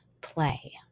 Play